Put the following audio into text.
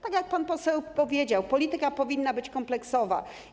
Tak jak pan poseł powiedział, polityka powinna być kompleksowa.